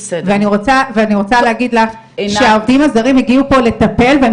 ואני רוצה להגיד לך שהעובדים הזרים הגיעו לפה כדי לטפל והם